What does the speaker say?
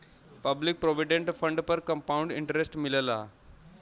public provident fund पर compound interest मिलला